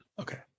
Okay